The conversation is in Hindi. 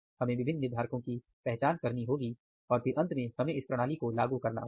हमें विभिन्न निर्धारकों की पहचान करनी होगी और फिर अंत में हमें इस प्रणाली को लागू करना होगा